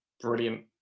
brilliant